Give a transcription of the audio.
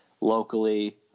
locally